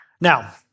Now